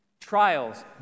trials